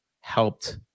helped